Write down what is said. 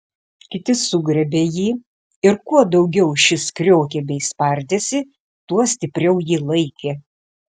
kiti sugriebė jį ir kuo daugiau šis kriokė bei spardėsi tuo stipriau jį laikė